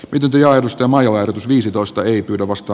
nyt umpioidusta major viisitoista ei pyydä vasta